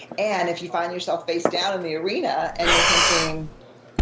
and if you find yourself face-down in the arena and you're thinking,